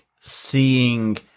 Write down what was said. seeing